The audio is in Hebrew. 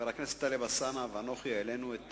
חבר הכנסת טלב אלסאנע ואנוכי מעלים את